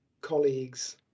colleagues